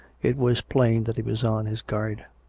it was plain that he was on his guard.